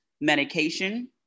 medication